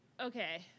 okay